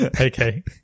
okay